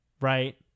right